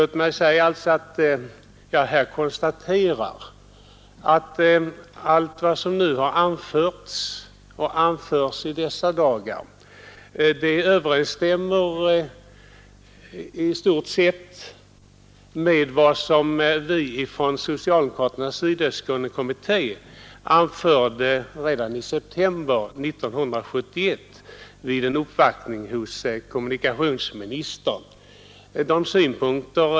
Jag konstaterar att allt vad som nu har anförts och anförs i dessa dagar i stort sett överenstämmer med vad vi från socialdemokraternas Sydöstskånekommitté anförde redan i september 1971 vid en uppvaktning hos kommunikationsministern.